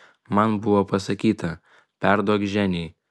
man buvo pasakyta perduok ženiai